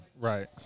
Right